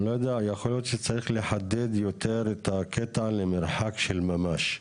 יכול להיות שצריך לחדד יותר את הנוסח "למרחק של ממש".